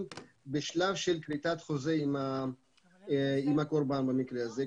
בשלב של כריתת חוזה עם הקורבן במקרה הזה.